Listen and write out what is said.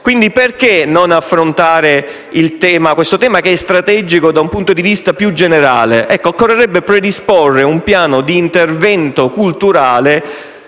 Perché allora non affrontare questo tema, che è strategico da un punto di vista più generale? Occorrerebbe predisporre un piano di intervento culturale,